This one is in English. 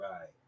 Right